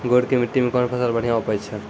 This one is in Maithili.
गुड़ की मिट्टी मैं कौन फसल बढ़िया उपज छ?